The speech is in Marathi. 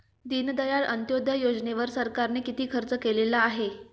दीनदयाळ अंत्योदय योजनेवर सरकारने किती खर्च केलेला आहे?